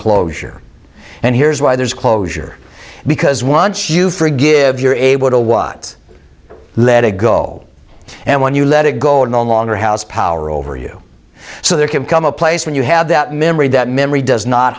closure and here's why there's closure because once you forgive you're able to watts let it go and when you let it go no longer house power over you so there can come a place when you have that memory that memory does not